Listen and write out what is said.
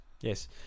yes